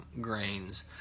Grains